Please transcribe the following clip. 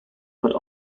but